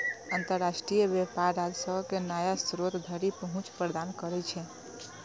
अंतरराष्ट्रीय व्यापार राजस्व के नया स्रोत धरि पहुंच प्रदान करै छै